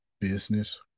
Business